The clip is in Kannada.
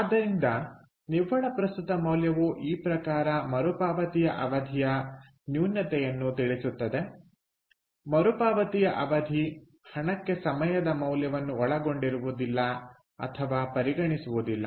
ಆದ್ದರಿಂದ ನಿವ್ವಳ ಪ್ರಸ್ತುತ ಮೌಲ್ಯವು ಈ ಪ್ರಕಾರ ಮರುಪಾವತಿಯ ಅವಧಿಯ ನ್ಯೂನತೆಯನ್ನು ತಿಳಿಸುತ್ತದೆ ಮರುಪಾವತಿಯ ಅವಧಿ ಹಣಕ್ಕೆ ಸಮಯದ ಮೌಲ್ಯವನ್ನು ಒಳಗೊಂಡಿರುವುದಿಲ್ಲ ಅಥವಾ ಪರಿಗಣಿಸುವುದಿಲ್ಲ